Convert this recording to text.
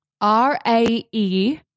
R-A-E